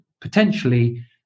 potentially